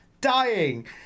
dying